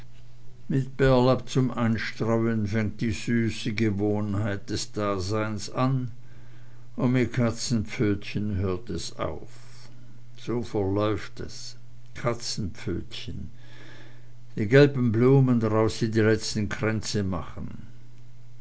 mit bärlapp zum einstreuen fängt die süße gewohnheit des daseins an und mit katzenpfötchen hört es auf so verläuft es katzenpfötchen die gelben blumen draus sie die letzten kränze machen